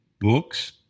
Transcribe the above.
books